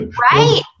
Right